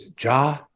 Ja